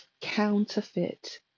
counterfeit